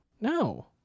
No